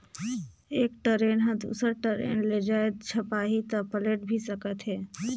एक टरेन ह दुसर टरेन ले जाये झपाही त पलेट भी सकत हे